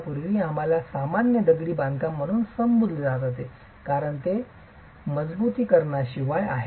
पूर्वी याला सामान्य दगडी बांधकाम म्हणून संबोधले जात असे कारण ते मजबुतीकरणशिवाय आहे